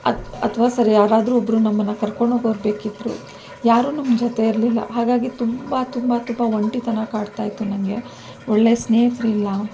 ಅತ್ ಅಥವಾ ಸರಿ ಯಾರಾದರೂ ಒಬ್ಬರು ನಮ್ಮನ್ನು ಕರ್ಕೊಂಡೋಗೋರು ಬೇಕಿತ್ತು ಯಾರೂ ನಮ್ಮ ಜೊತೆ ಇರಲಿಲ್ಲ ಹಾಗಾಗಿ ತುಂಬ ತುಂಬ ತುಂಬ ಒಂಟಿತನ ಕಾಡ್ತಾಯಿತ್ತು ನನಗೆ ಒಳ್ಳೆ ಸ್ನೇಹಿತರು ಇಲ್ಲ